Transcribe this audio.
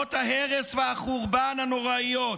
תמונות ההרס והחורבן הנוראיות,